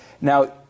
Now